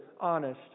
honest